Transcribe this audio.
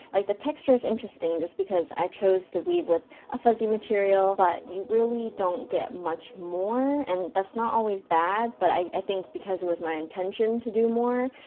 like the texture's interesting, just because i chose to weave with a fuzzy material. but you really don't get much more, and that's not always bad, but i think. because it was my intention to do more,